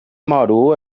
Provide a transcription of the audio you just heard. moro